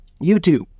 YouTube